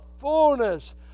fullness